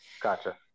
Gotcha